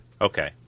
Okay